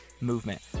movement